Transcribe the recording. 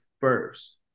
first